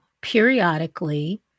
periodically